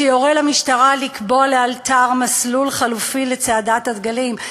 שיורה למשטרה לקבוע לאלתר מסלול חלופי לצעדת הדגלים.